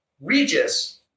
Regis